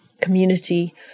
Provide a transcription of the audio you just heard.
community